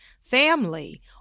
family